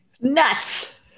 nuts